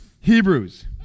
Hebrews